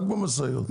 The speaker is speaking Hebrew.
רק במשאיות.